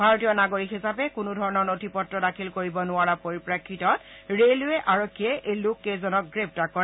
ভাৰতীয় নাগৰিক হিচাপে কোনো ধৰণৰ নথি পত্ৰ দাখিল কৰিব নোৱাৰাৰ পৰিপ্ৰেক্ষিতত ৰেলৱে আৰক্ষীয়ে এই লোককেইজনক গ্ৰেপ্তাৰ কৰে